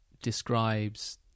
describes